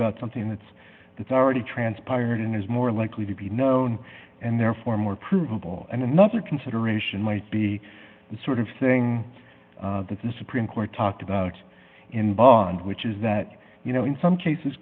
about something that's that already transpired and is more likely to be known and therefore more provable and another consideration might be the sort of thing that the supreme court talked about in bond which is that you know in some cases